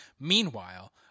Meanwhile